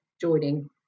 joining